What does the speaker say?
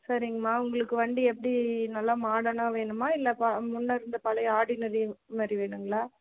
சரிங்கம்மா உங்ளுக்கு வண்டி எப்படி நல்லா மார்டனாக வேணுமா இல்லை முன்னே இருந்த பழைய ஆர்டினரி மாதிரி வேணும்ங்களா